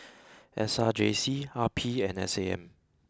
S R J C R P and S A M